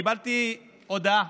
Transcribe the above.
קיבלתי הודעה